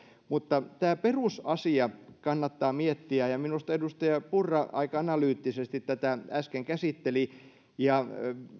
tämä perusasia kannattaa miettiä ja minusta edustaja purra aika analyyttisesti tätä äsken käsitteli